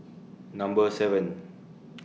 Number seven